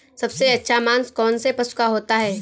सबसे अच्छा मांस कौनसे पशु का होता है?